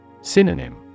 Synonym